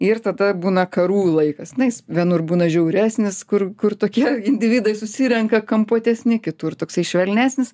ir tada būna karų laikas na jis vienur būna žiauresnis kur kur tokie individai susirenka kampuotesni kitur toksai švelnesnis